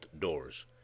doors